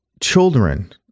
children